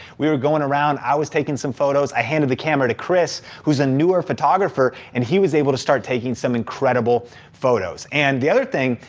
we were going around, i was taking some photos, i handed the camera to chris, who's a newer photographer, and he was able to start taking some incredible photos. and the other thing,